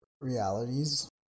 realities